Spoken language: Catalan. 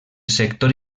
sector